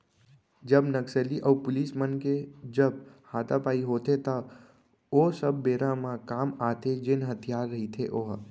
जब नक्सली अऊ पुलिस मन के जब हातापाई होथे त ओ सब बेरा म काम आथे जेन हथियार रहिथे ओहा